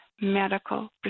medical